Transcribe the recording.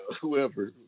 whoever